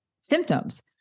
symptoms